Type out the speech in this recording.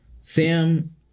sam